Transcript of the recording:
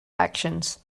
actions